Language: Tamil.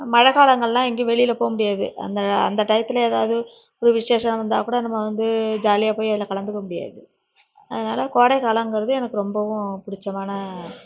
மழை காலங்கள்லாம் எங்கேயும் வெளியில் போக முடியாது அந்த அந்த டயத்தில் ஏதாவுது ஒரு விஷேசம் இருந்தால் கூட நம்ம வந்து ஜாலியாக போய் அதில் கலந்துக்க முடியாது அதனால் கோடைக்காலம்கிறது எனக்கு ரொம்பவும் பிடிச்சமான